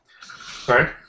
Sorry